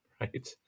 right